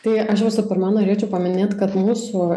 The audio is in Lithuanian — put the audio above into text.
tai aš visų pirma norėčiau paminėt kad mūsų